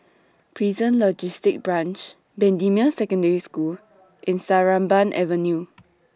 Prison Logistic Branch Bendemeer Secondary School and Sarimbun Avenue